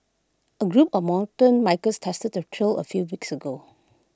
A group of mountain bikers tested the trail A few weeks ago